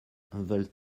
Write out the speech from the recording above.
veulent